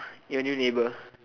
your new neighbour